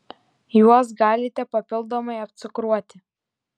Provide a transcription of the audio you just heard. juos galite papildomai apcukruoti